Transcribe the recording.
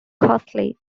costly